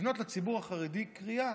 לבנות לציבור החרדי קריה,